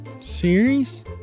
Series